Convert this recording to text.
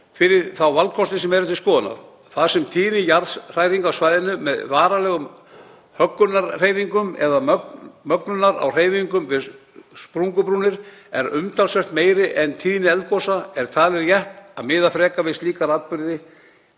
fyrir þá valkosti sem eru til skoðunar. Þar sem tíðni jarðhræringa á svæðinu með varanlegum höggunarhreyfingum eða mögnunar á hreyfingu við sprungubrúnir er umtalsvert meiri en tíðni eldgosa er talið rétt að miða frekar við slíka atburði